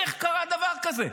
איך קרה דבר כזה?